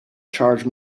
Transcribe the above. charge